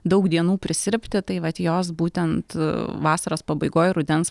daug dienų prisirpti tai vat jos būtent vasaros pabaigoj rudens